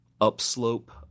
Upslope